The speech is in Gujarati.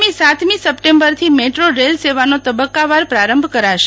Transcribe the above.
આગામી સાતમી સપ્ટેમ્બરથી મેટ્રો રેલ સેવાનો તબક્કાવાર પ્રારંભ કરાશે